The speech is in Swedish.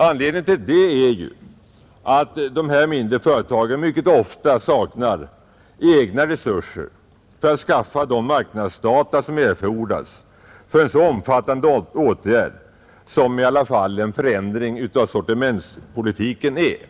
Anledningen till det är att de här mindre företagen mycket ofta saknar egna resurser för att skaffa de marknadsdata som erfordras för en så omfattande åtgärd som en förändring av sortimentspolitiken i alla fall är.